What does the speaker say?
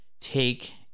take